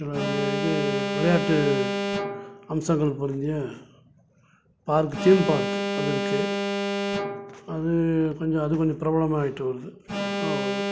சில இது விளையாட்டு அம்சங்கள் பொருந்திய பார்க் தீம் பார்க் அது இருக்குது அது கொஞ்சம் அது கொஞ்சம் பிரபலமாக ஆகிட்டு வருது அவ்வளோதான்